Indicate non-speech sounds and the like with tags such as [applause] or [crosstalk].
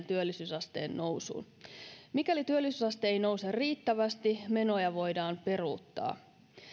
[unintelligible] työllisyysasteen nousuun mikäli työllisyysaste ei nouse riittävästi menoja voidaan peruuttaa